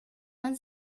man